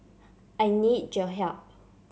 I need your help